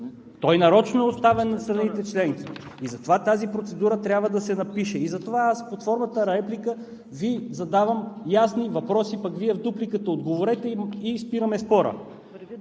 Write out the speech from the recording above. той нарочно е оставен на страните членки и тази процедура трябва да се напише. Затова под формата на реплика аз Ви задавам ясни въпроси, а пък Вие в дупликата отговорете и спираме спора.